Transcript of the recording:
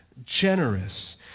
generous